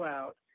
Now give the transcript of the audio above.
out